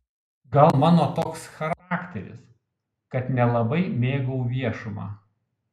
gal mano toks charakteris kad nelabai mėgau viešumą